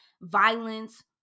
violence